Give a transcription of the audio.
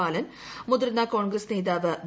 ബാലൻ മുതിർന്ന കോൺഗ്രസ് നേതാവ് വി